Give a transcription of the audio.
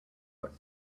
but